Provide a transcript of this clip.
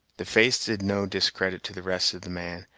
the face did no discredit to the rest of the man,